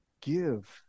give